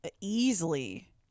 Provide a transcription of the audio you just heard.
easily